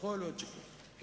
יכול להיות שכן.